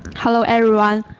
hello everyone!